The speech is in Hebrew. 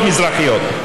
שב, אדוני.